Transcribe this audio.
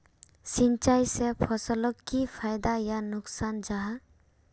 सिंचाई से फसलोक की फायदा या नुकसान जाहा?